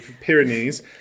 Pyrenees